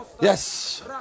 Yes